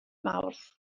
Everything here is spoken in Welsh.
mawrth